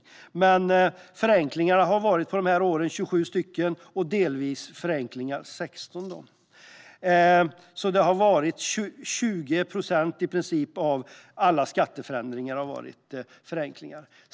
Under dessa år har det varit 27 regelförenklingar och 16 delvisa förenklingar. I princip har 20 procent av alla skatteförändringar varit förenklingar.